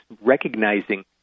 recognizing